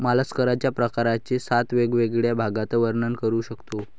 मॉलस्कच्या प्रकारांचे सात वेगवेगळ्या भागात वर्णन करू शकतो